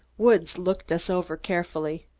woods looked us over carefully.